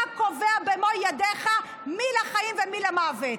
אתה קובע במו ידיך מי לחיים ומי למוות,